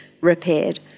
repaired